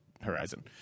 Horizon